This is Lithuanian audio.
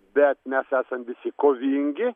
bet mes esam visi kovingi